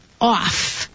off